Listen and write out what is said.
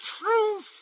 truth